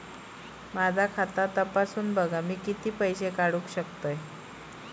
माझा खाता तपासून बघा मी किती पैशे काढू शकतय?